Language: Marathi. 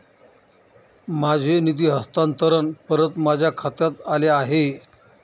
माझे निधी हस्तांतरण परत माझ्या खात्यात आले आहे